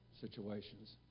situations